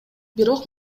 бирок